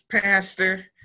Pastor